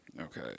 Okay